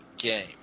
game